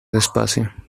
despacio